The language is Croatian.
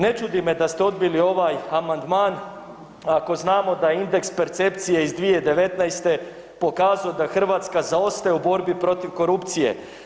Ne čudi me da ste odbili ovaj amandman ako znamo da indeks percepcije iz 2019. pokazao da Hrvatska zaostaje u borbi protiv korupcije.